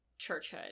churchhood